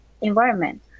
environment